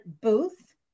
booth